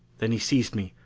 then he seized me,